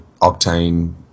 octane